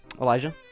Elijah